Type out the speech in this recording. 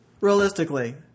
realistically